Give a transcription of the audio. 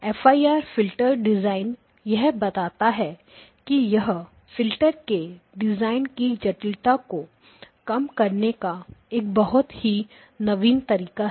IFIR filter design यह बताता है कि यह फ़िल्टर के डिज़ाइन की जटिलता को कम करने का एक बहुत ही नवीन तरीका है